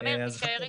אמיר, תישאר איתנו.